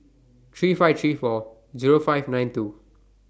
three five three four Zero five nine two